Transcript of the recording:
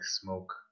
smoke